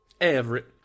Everett